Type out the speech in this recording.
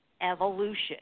Evolution